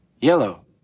yellow